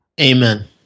Amen